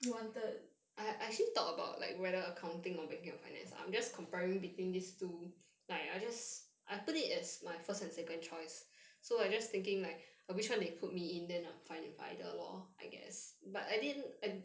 you wanted